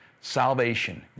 salvation